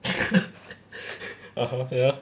(uh huh) ya